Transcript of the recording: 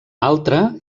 altra